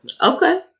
Okay